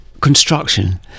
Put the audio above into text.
construction